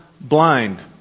blind